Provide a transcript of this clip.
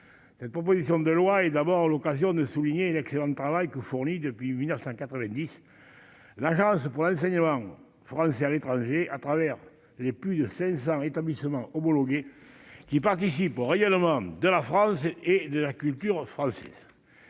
cette proposition de loi est d'abord l'occasion de souligner l'excellent travail que fournit depuis 1990 l'agence pour l'enseignement français à l'étranger, à travers les plus de 500 établissements homologués qui participent au rayonnement de la France et de la culture française,